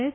S